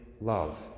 love